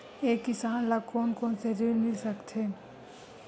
एक किसान ल कोन कोन से ऋण मिल सकथे?